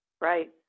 Right